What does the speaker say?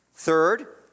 Third